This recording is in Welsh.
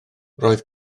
roedd